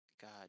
God